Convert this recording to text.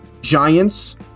giants